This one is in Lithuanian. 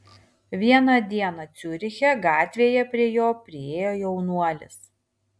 vieną dieną ciuriche gatvėje prie jo priėjo jaunuolis